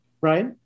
Right